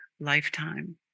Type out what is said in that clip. lifetime